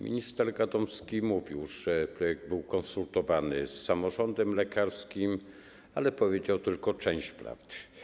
Minister Gadomski mówił, że projekt był konsultowany z samorządem lekarskim, ale powiedział tylko część prawdy.